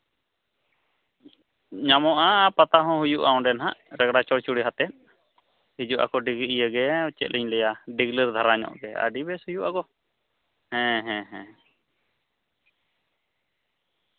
ᱧᱟᱢᱚᱜᱼᱟ ᱟᱨ ᱯᱟᱛᱟ ᱦᱚᱸ ᱦᱩᱭᱩᱜᱼᱟ ᱚᱸᱰᱮ ᱦᱟᱸᱜ ᱨᱮᱜᱽᱲᱟ ᱪᱚᱲᱪᱚᱲᱤ ᱟᱛᱮᱫ ᱦᱤᱡᱩᱜᱼᱟ ᱠᱚ ᱰᱤᱜᱤ ᱤᱭᱟᱹ ᱜᱮ ᱪᱮᱫᱞᱤᱧ ᱞᱟᱹᱭᱟᱦᱤᱞᱟᱹᱣ ᱫᱷᱟᱨᱟ ᱧᱚᱜ ᱜᱮ ᱟᱹᱰᱤ ᱵᱮᱥ ᱦᱩᱭᱩᱜᱼᱟ ᱜᱚ ᱦᱮᱸ ᱦᱮ ᱦᱮᱸ